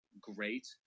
great